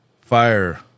fire